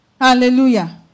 Hallelujah